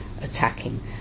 attacking